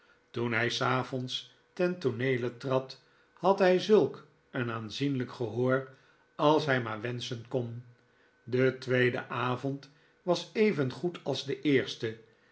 toen hij savond ten tooneele trad had hij zulk een aanzienlijk gehoor ais hij maarwenschen kon de tweede avond was evengoed als de eerste